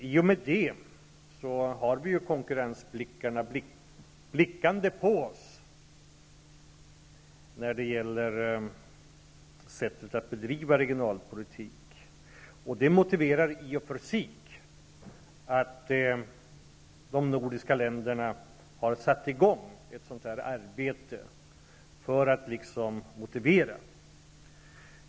I och med det har vi blickarna på oss när det gäller det sätt på vilket vi bedriver regionalpolitik. Det motiverar i och för sig att de nordiska länderna har satt i gång ett arbete.